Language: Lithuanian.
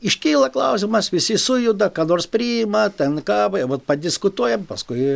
iškyla klausimas visi sujuda ką nors priima ten ką va vat padiskutuojam paskui